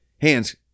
hands